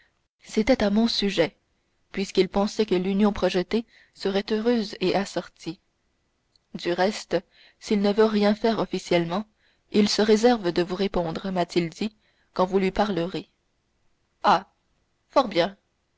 c'était à mon sujet puisqu'il pensait que l'union projetée serait heureuse et assortie du reste s'il ne veut rien faire officiellement il se réserve de vous répondre m'a-t-il dit quand vous lui parlerez ah fort bien